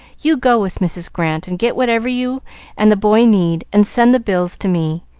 you go with mrs. grant and get whatever you and the boy need, and send the bills to me